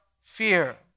fear